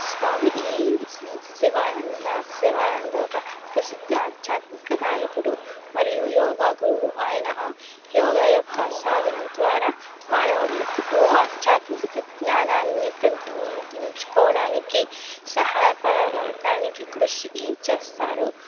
స్వామి ఈ శివానంద శివానంద ఒక ప్రసిద్ధ ఆధ్యాత్మిక నాయకుడు మరియు యోగా గురువు ఆయన యోగా యొక్క సాధనం ద్వారా మానవులకూ ఆధ్యాత్మిక జ్ఞానాన్ని పెంపొందించుకోవడానికి సహాయపడటానికి కృష్ ఈ చేస్తారు